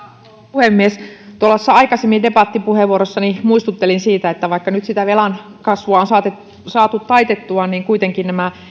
puhemies tuolla aikaisemmassa debattipuheenvuorossani muistuttelin siitä että vaikka nyt velan kasvua on saatu taitettua niin kuitenkin nämä